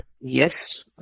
Yes